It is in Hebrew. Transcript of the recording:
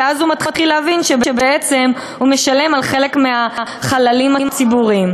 ואז הוא מתחיל להבין שבעצם הוא משלם על חלק מהחללים הציבוריים.